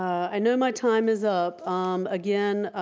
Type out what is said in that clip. i know my time is up um again.